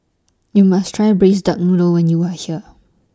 YOU must Try Braised Duck Noodle when YOU Are here